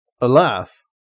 Alas